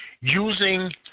using